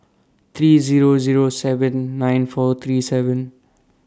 three Zero Zero seven nine four three seven